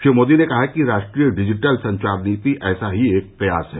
श्री मोदी ने कहा कि राष्ट्रीय डिजिटल संचार नीति ऐसा ही एक प्रयास है